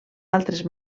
altres